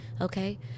okay